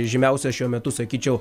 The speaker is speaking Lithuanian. žymiausias šiuo metu sakyčiau